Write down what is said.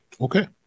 Okay